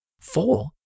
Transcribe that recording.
Four